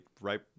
right